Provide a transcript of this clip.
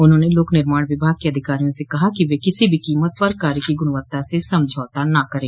उन्होंने लोक निर्माण विभाग के अधिकारियों से कहा कि वे किसी भी कीमत पर कार्य की गुणवत्ता से समझौता न करे